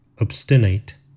obstinate